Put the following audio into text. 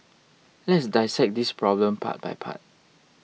let's dissect this problem part by part